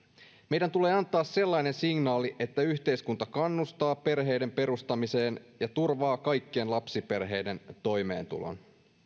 meidän tulee antaa sellainen signaali että yhteiskunta kannustaa perheen perustamiseen ja turvaa kaikkien lapsiperheiden toimeentulon